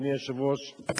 אדוני היושב-ראש,